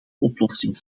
oplossing